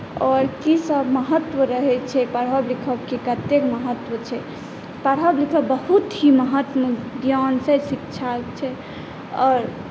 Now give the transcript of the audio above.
आओर कि सब महत्व रहै छै पढ़ब लिखबके कतेक महत्व छै पढ़ब लिखब बहुत ही महत्म ज्ञान छै शिक्षा छै आओर